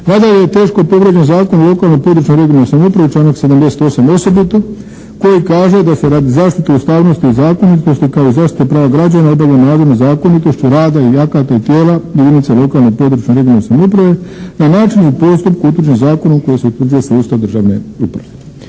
Nadalje, teško povrijeđen Zakon o lokalnoj i područnoj (regionalnoj) samoupravi članak 78. osobito koji kaže da se radi zaštite ustavnosti i zakonitosti kao i zaštite prava građana obavljaju nadzor nad zakonitošću rada i akata i tijela jedinica lokalne i područne (regionalne) samouprave na način i u postupku utvrđen zakonom kojim se utvrđuje sustav državne uprave.